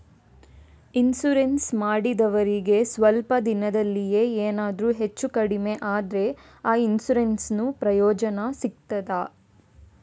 Insurance ಮಾಡಿದವರಿಗೆ ಸ್ವಲ್ಪ ದಿನದಲ್ಲಿಯೇ ಎನಾದರೂ ಹೆಚ್ಚು ಕಡಿಮೆ ಆದ್ರೆ ಆ ಇನ್ಸೂರೆನ್ಸ್ ನ ಪ್ರಯೋಜನ ಸಿಗ್ತದ?